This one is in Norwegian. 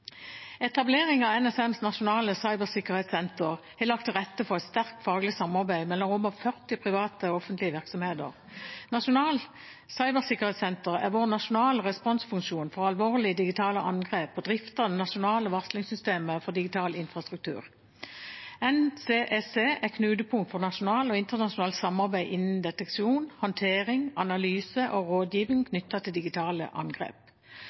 Etablering av NSMs Nasjonalt cybersikkerhetssenter har lagt til rette for et sterkt faglig samarbeid mellom over 40 private og offentlige virksomheter. Nasjonalt cybersikkerhetssenter er vår nasjonale responsfunksjon for alvorlige digitale angrep og drifter det nasjonale varslingssystemet for digital infrastruktur. NCSC er knutepunkt for nasjonalt og internasjonalt samarbeid innen deteksjon, håndtering, analyse og rådgivning knyttet til digitale angrep.